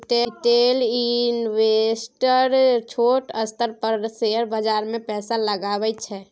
retail investor छोट स्तर पर शेयर बाजार मे पैसा लगबै छै